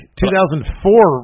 2004